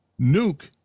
nuke